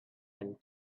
and